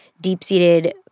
deep-seated